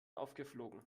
aufgeflogen